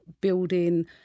building